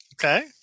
Okay